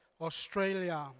Australia